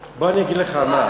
לא,